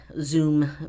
Zoom